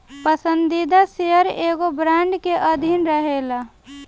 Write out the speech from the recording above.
पसंदीदा शेयर एगो बांड के अधीन रहेला